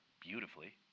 beautifully